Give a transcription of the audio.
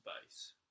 base